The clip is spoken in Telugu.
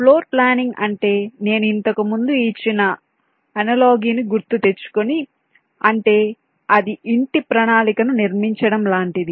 ఫ్లోర్ ప్లానింగ్ అంటే నేను ఇంతకు ముందు ఇచ్చిన ను గుర్తు తెచ్చుకొని అంటే అది ఇంటి ప్రణాళికను నిర్మించడం లాంటిది